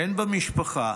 הן במשפחה